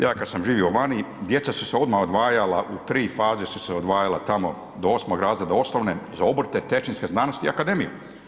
Ja kada sam živio vani djeca su se odmah odvajala u tri faze su se odvajala tamo do 8. razreda osnovne za obrte, tehničke znanosti i akademije.